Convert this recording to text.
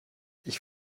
ich